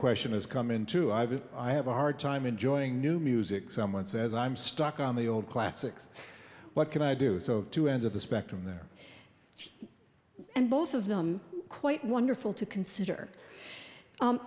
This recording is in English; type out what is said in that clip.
question has come into i've been i have a hard time enjoying new music someone says i'm stuck on the old classics what can i do so two ends of the spectrum there and both of them quite wonderful to consider